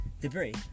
Debris